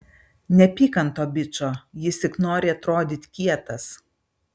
nepyk ant to bičo jis tik nori atrodyt kietas